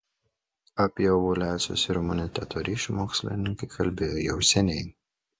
apie ovuliacijos ir imuniteto ryšį mokslininkai kalbėjo jau seniai